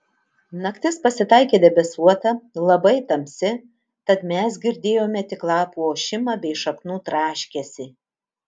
naktis pasitaikė debesuota labai tamsi tad mes girdėjome tik lapų ošimą bei šaknų traškesį